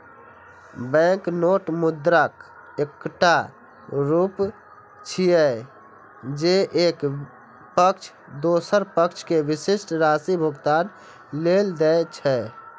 banknote मुद्राक एकटा रूप छियै, जे एक पक्ष दोसर पक्ष कें विशिष्ट राशि भुगतान लेल दै छै